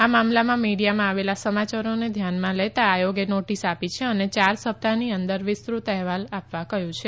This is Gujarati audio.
આ મામલામાં મીડિયામાં આવેલા સમાચારોને ધ્યાનમાં લેતા આયોગે નોટિસ આપી છે અને યાર સપ્તાહની અંદર વિસ્તૃત અહેવાલ આપવા કહ્યું છે